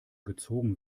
gezogen